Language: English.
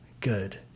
good